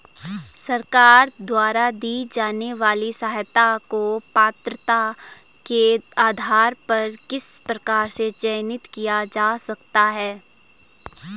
सरकार द्वारा दी जाने वाली सहायता को पात्रता के आधार पर किस प्रकार से चयनित किया जा सकता है?